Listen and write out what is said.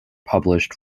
published